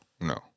No